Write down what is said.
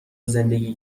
زندگی